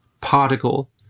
particle